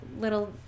little